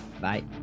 Bye